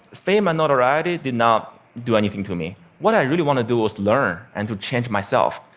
fame and notoriety did not do anything to me. what i really wanted to do was learn, and to change myself.